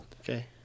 Okay